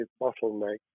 bottleneck